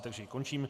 Takže končím.